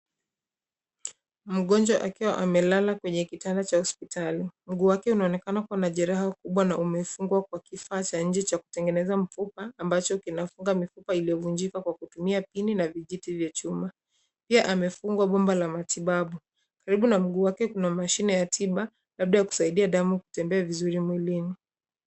Mgonjwa akiwa amelala kwenye kitanda cha hospitali. Mguu wake unaonekana kuwa na jeraha kubwa na umefungwa Kwa kifaa cha nje cha kutengeneza mfupa ambacho kinafunga mifupa iliyovunjika kwa kutumia pini na vijiti vya chuma. Pia amefungwa bomba la matibabu. Karibu na mguu wake kuna mashine ya tiba labda ya kusaidia damu kutembea vizuri mwilini.